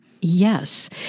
Yes